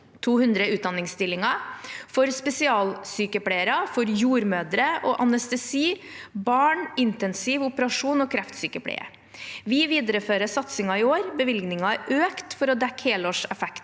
200 utdanningsstillinger for spesialsykepleiere – for jordmødre og anestesi-, barne-, intensiv-, operasjons- og kreftsykepleiere. Vi viderefører satsingen i år. Bevilgningen er økt for å dekke helårseffekten